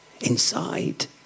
inside